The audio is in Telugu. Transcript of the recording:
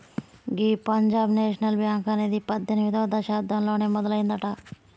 గీ పంజాబ్ నేషనల్ బ్యాంక్ అనేది పద్దెనిమిదవ శతాబ్దంలోనే మొదలయ్యిందట